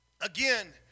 Again